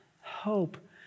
hope